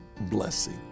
blessing